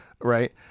Right